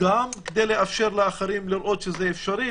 גם כדי לאפשר לאחרים לראות שזה אפשרי